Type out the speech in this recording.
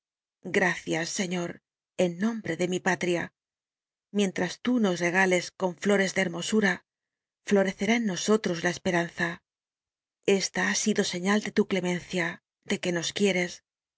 gracias señor en nombre de mi patria mientras tú nos regales con flores de hermosura florecerá en nosotros la esperanza esta ha sido señal de tu clemencia de que nos quieres